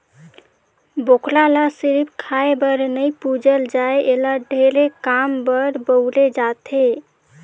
बोकरा ल सिरिफ खाए बर नइ पूजल जाए एला ढेरे काम बर बउरे जाथे